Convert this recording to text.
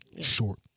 Short